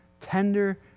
Tender